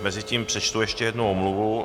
Mezitím přečtu ještě jednu omluvu.